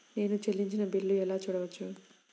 నేను చెల్లించిన బిల్లు ఎలా చూడవచ్చు?